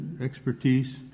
expertise